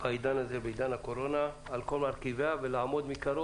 על כל מרכיבה בעידן הקורונה ושתעמוד מקרוב